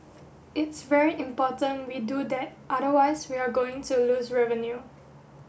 it's very important we do that otherwise we are going to lose revenue